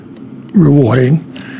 rewarding